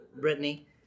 Brittany